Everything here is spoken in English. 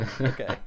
okay